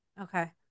Okay